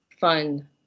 fun